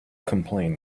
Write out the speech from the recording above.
complain